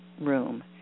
room